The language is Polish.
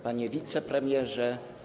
Panie Wicepremierze!